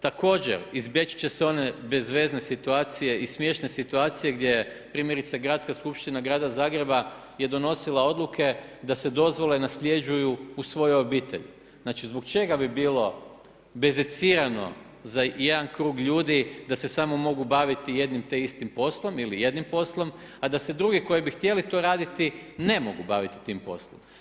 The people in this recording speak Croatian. Također izbjeći će se one bezvezne situacije i smiješne situacije gdje primjerice Gradska skupština grada Zagreba je donosila odluke da se dozvole nasljeđuju u svojoj obitelji. znači zbog čega bi bilo bezicirano za jedan krug ljudi da se samo mogu baviti jednim te istim poslom ili jednim poslom a da se drugi koji bi htjeli to raditi, ne mogu baviti tim poslom.